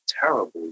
terrible